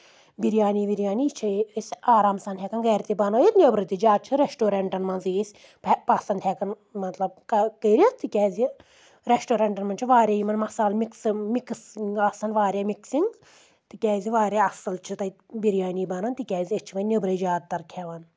بریانی وِریانی یہِ چھِ أسۍ آرام سان ہؠکان گرِ تہِ بنٲیِتھ نؠبرٕ تہِ زیادٕ چھِ ریسٹورنٹن منٛزٕے أسۍ پسنٛد ہؠکان مطلب کٔرِتھ تِکیازِ ریسٹورنٹن منٛز چھُ واریاہ یِمن مسالہٕ مِکس مِکس آسان واریاہ مِکسِنٛگ تِکیازِ واریاہ اَصٕل چھُ تَتہِ بِریانی بنان تِکیازِ أسۍ چھِ وۄنۍ نؠبرٕے زیادٕ تر کھؠوان